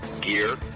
gear